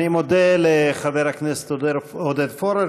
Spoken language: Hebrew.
אני מודה לחבר הכנסת עודד פורר.